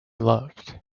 loved